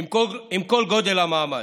עם כל גודל המעמד,